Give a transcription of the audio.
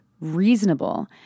reasonable